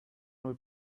would